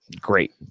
Great